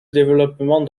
développement